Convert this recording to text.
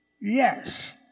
Yes